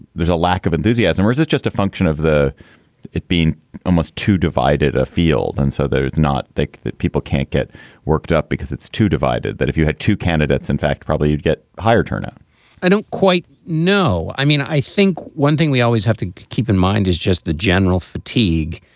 there's a lack of enthusiasm, or is it just a function of the it being almost too divided a field? and so they're not think that people can't get worked up because it's too divided that if you had two candidates, in fact, probably you'd get higher turnout i don't quite know i mean, i think one thing we always have to keep in mind is just the general fatigue,